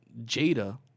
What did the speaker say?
Jada